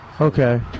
Okay